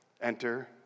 Enter